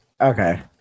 Okay